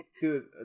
dude